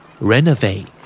Renovate